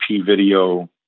video